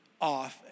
off